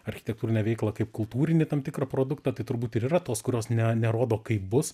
architektūrinę veiklą kaip kultūrinį tam tikrą produktą tai turbūt ir yra tos kurios ne ne rodo kaip bus